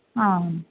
आम्